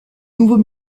nouveau